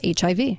HIV